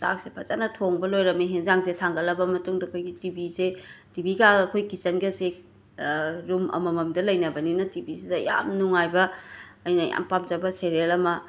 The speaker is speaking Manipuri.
ꯆꯥꯛꯁꯦ ꯐꯖꯅ ꯊꯣꯡꯕ ꯂꯣꯏꯔꯝꯃꯦ ꯍꯦꯟꯖꯥꯡꯁꯦ ꯊꯥꯡꯒꯠꯂꯕ ꯃꯇꯨꯡꯗ ꯑꯩꯈꯣꯏꯒꯤ ꯇꯤꯕꯤꯁꯦ ꯇꯤꯕꯤ ꯀꯥꯒ ꯑꯩꯈꯣꯏ ꯀꯤꯆꯟꯒꯁꯦ ꯌꯨꯝ ꯑꯃꯃꯝꯗ ꯂꯩꯅꯕꯅꯤꯅ ꯇꯤꯕꯤꯁꯤꯗ ꯌꯥꯝ ꯅꯨꯡꯉꯥꯏꯕ ꯑꯩꯅ ꯌꯥꯝ ꯄꯥꯝꯖꯕ ꯁꯦꯔꯦꯜ ꯑꯃ